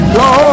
go